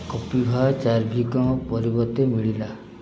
କପିଭା ଚାର୍ଭିକ ପରିବର୍ତ୍ତେ ମିଳିଲା